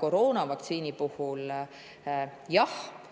Koroonavaktsiin, jah,